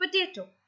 potato